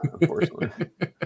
unfortunately